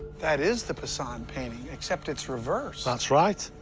that is the poussin painting, except it's reversed. that's right.